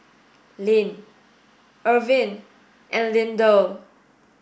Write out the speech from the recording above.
Ilene Irvin and Lindell